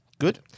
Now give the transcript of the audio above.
Good